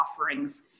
offerings